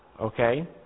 okay